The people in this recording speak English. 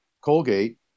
Colgate